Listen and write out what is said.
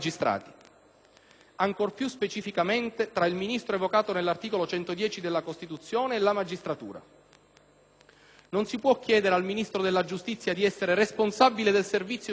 ancor più specificatamente, tra il Ministro, evocato nell'articolo 110 della Costituzione, e la magistratura. Non si può chiedere al Ministro della giustizia di essere responsabile del servizio giustizia